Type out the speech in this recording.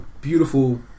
beautiful